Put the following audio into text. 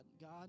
God